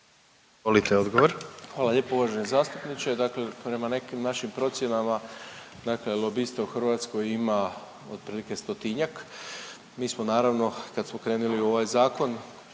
Hvala lijepa uvaženi zastupniče. Dakle, prema nekim našim procjenama, dakle lobista u Hrvatskoj ima otprilike 100-tinjak. Mi smo naravno kad smo krenuli u ovaj zakon